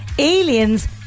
Aliens